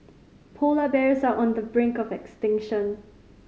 polar bears are on the brink of extinction